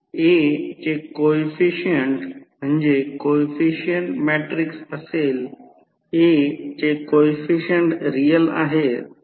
तर कमी व्होल्टेज बाजू व्होल्टेज 500 आहे हे व्होल्टेज रेट केले गेले आहे आणि पूर्ण भार विद्युत प्रवाह 1000 अँपिअर आहे